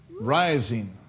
rising